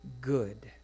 good